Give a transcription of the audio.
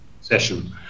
Session